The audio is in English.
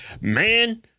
Man